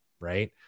right